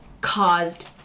caused